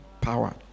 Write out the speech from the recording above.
power